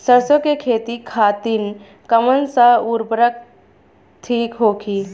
सरसो के खेती खातीन कवन सा उर्वरक थिक होखी?